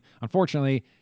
Unfortunately